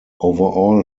overall